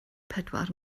pedwar